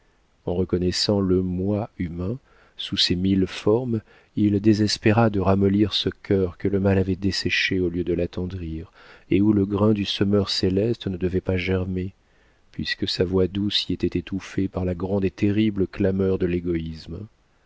en reconnaissant le moi humain sous ses mille formes il désespéra de ramollir ce cœur que le mal avait desséché au lieu de l'attendrir et où le grain du semeur céleste ne devait pas germer puisque sa voix douce y était étouffée par la grande et terrible clameur de l'égoïsme